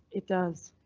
it does.